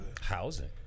Housing